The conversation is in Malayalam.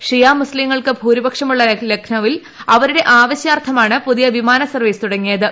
ഷിയാ മുസ്സീങ്ങൾക്ക് ഭൂരിപക്ഷമുള്ള ലക്നൌവിൽ അവരുടെ ആവശ്യാർത്ഥമാണ് പുതിയ വിമാന സർവ്വീസ് തുടങ്ങിയത്